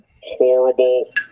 horrible